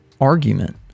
argument